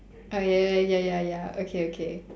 oh ya ya ya ya ya okay okay